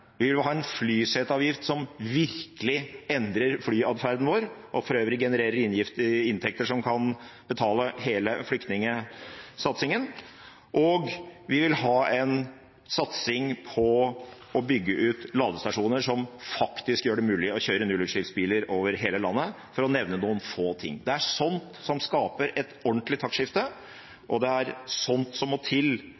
Vi vil ha en flyseteavgift som virkelig endrer flyatferden vår og for øvrig genererer inntekter som kan betale hele flyktningsatsingen. Og vi vil ha en satsing på å bygge ut ladestasjoner som faktisk gjør det mulig å kjøre nullutslippsbiler over hele landet – for å nevne noen få ting. Det er sånt som skaper et ordentlig taktskifte, og det er sånt som må til